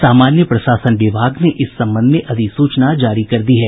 समान्य प्रशासन विभाग ने इस संबंध में अधिसूचना जारी कर दी है